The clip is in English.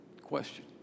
question